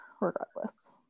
regardless